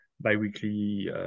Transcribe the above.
bi-weekly